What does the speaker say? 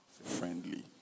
friendly